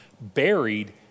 buried